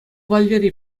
валерий